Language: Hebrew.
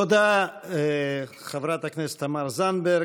תודה, חברת הכנסת תמר זנדברג.